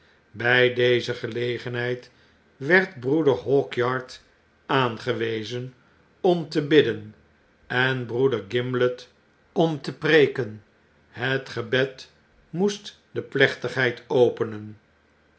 bij deze gelegenheid werd broeder hawkyard aangewezen om te bidden en broeder gimblet om te preeken het gebed moest de plechtigheid openen